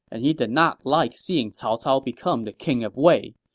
and he did not like seeing cao cao become the king of wei.